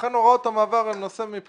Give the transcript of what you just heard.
לכן, הוראות המעבר הן נושא קריטי מבחינתנו,